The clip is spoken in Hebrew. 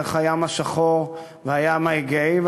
דרך הים השחור והים האגאי.